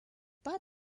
pat